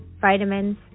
vitamins